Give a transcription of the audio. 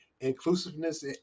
inclusiveness